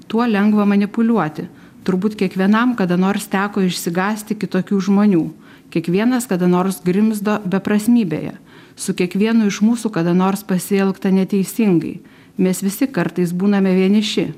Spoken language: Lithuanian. tuo lengva manipuliuoti turbūt kiekvienam kada nors teko išsigąsti kitokių žmonių kiekvienas kada nors grimzdo beprasmybėje su kiekvienu iš mūsų kada nors pasielgta neteisingai mes visi kartais būname vieniši